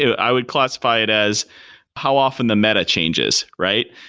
i would classify it as how often the meta-changes, right?